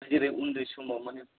जेरै उन्दै समाव मानि